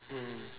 mm